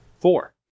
Four